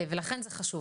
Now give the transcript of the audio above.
ולכן זה חשוב.